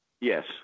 Yes